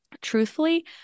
Truthfully